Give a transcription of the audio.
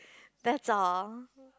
that's all